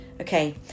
Okay